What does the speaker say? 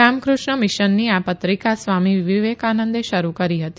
રામકૃષ્ણ મિશનની આ પત્રિકા સ્વામી વિવેકાનંદે શરૂ કરી હતી